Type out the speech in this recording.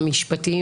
המשפטיים,